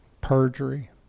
perjury